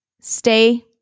Stay